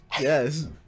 Yes